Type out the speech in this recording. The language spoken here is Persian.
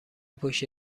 پشت